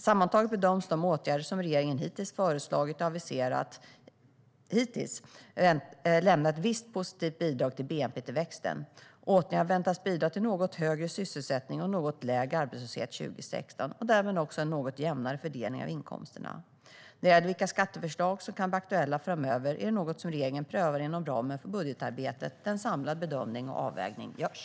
Sammantaget bedöms de åtgärder som regeringen hittills föreslagit och aviserat lämna ett visst positivt bidrag till bnp-tillväxten. Åtgärderna väntas bidra till något högre sysselsättning och något lägre arbetslöshet 2016 och därmed också en något jämnare fördelning av inkomsterna. Vilka skatteförslag som kan bli aktuella framöver är något som regeringen prövar inom ramen för budgetarbetet, där en samlad bedömning och avvägning görs.